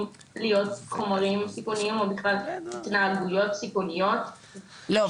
להיות חומרים סיכוניים או בכלל התנהגויות סיכוניות --- לא,